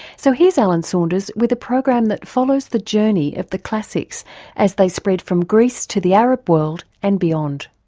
so here's aland saunders with a program that follows the journey of the classics as they spread from greece to the arab world and beyond.